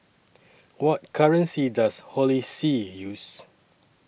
What currency Does Holy See use